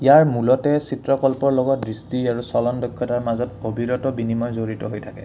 ইয়াৰ মূলতে চিত্ৰকল্পৰ লগত দৃষ্টি আৰু চলন দক্ষতাৰ মাজত অবিৰত বিনিময় জড়িত হৈ থাকে